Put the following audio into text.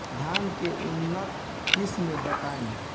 धान के उन्नत किस्म बताई?